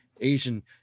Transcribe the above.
asian